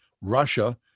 Russia